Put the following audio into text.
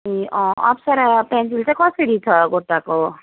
ए अँ अप्सरा पेन्सिल चाहिँ कसरी छ गोटाको